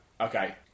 Okay